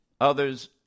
Others